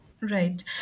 Right